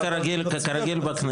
זה כרגיל בכנסת.